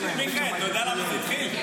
מיכאל, אתה יודע למה זה התחיל?